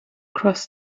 cross